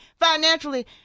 financially